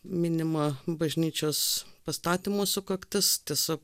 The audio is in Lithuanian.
minima bažnyčios pastatymo sukaktis tiesa